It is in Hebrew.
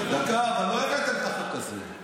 --- דקה, אבל לא הבאתם את החוק הזה.